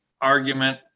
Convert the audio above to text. argument